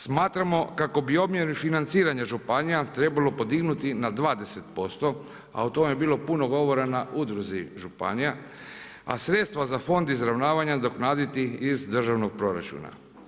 Smatramo kako bi omjer financiranja županija trebalo podignuti na 20%, a o tome je bilo puno govora na udruzi županija, a sredstva za fond izravnavanja nadoknaditi iz državnog proračuna.